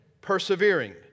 persevering